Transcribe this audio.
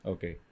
Okay